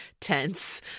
tense